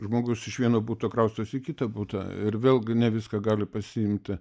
žmogus iš vieno buto kraustosi į kitą butą ir vėlgi ne viską gali pasiimti